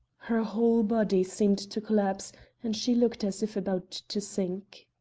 her whole body seemed to collapse and she looked as if about to sink.